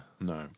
No